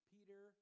Peter